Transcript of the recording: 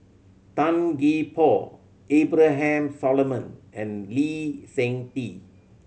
Tan Gee Paw Abraham Solomon and Lee Seng Tee